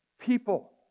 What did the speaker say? people